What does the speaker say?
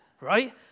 right